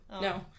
No